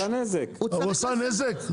הוא עשה נזק,